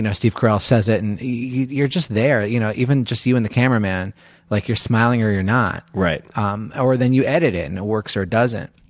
and steve carrell says it and you're just there you know even just you and the cameraman like you're smiling or you're not. right. um ah or then you edit it and it works or it doesn't.